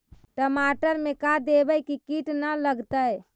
टमाटर में का देबै कि किट न लगतै?